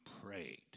prayed